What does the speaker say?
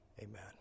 Amen